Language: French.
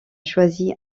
choisi